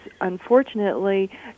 unfortunately